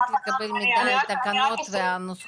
בנוסף לקבל מידע על תקנות ונוסחאות?